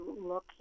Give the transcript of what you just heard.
look